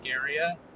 area